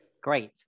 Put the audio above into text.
Great